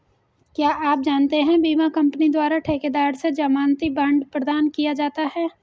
क्या आप जानते है बीमा कंपनी द्वारा ठेकेदार से ज़मानती बॉण्ड प्रदान किया जाता है?